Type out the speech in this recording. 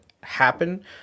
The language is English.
happen